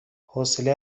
حوصله